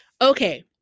Okay